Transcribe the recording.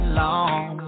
long